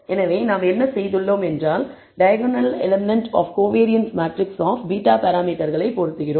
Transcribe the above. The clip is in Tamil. எனவே நாம் என்ன செய்துள்ளோம் என்றால் diagonal element of covariance matrix of β பராமீட்டர்களை பொருத்துகிறோம்